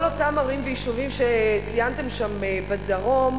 כל אותם ערים ויישובים שציינתם בדרום,